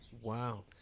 Wow